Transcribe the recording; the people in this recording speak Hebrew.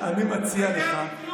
אתה יודע בדיוק,